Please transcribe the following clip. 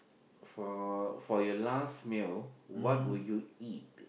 for for your last meal what would you eat